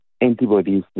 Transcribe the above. antibodies